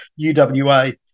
UWA